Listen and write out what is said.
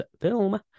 film